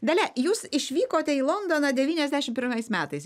dalia jūs išvykote į londoną devyniasdešimt pirmais metais